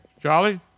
Charlie